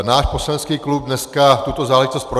Náš poslanecký klub dneska tuto záležitost projednal.